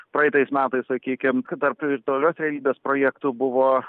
praeitais metais sakykim kad tarp virtualios realybės projektų buvo